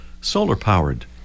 solar-powered